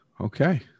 Okay